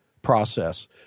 process